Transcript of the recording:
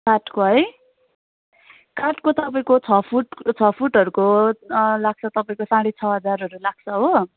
काठको है काठको तपाईँको छ फुट छ फुटहरूको लाग्छ तपाईँको साढे छ हजारहरू लाग्छ हो